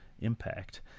impact